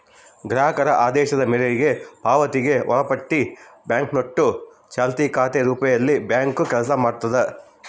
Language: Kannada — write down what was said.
ಗ್ರಾಹಕರ ಆದೇಶದ ಮೇರೆಗೆ ಪಾವತಿಗೆ ಒಳಪಟ್ಟಿ ಬ್ಯಾಂಕ್ನೋಟು ಚಾಲ್ತಿ ಖಾತೆ ರೂಪದಲ್ಲಿಬ್ಯಾಂಕು ಕೆಲಸ ಮಾಡ್ತದ